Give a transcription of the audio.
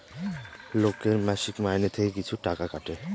লোকের মাসিক মাইনে থেকে কিছু টাকা কাটে